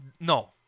No